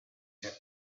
have